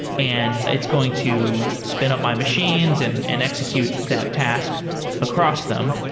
and it's going to spin up my machines and and execute that task across them.